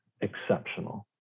exceptional